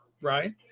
right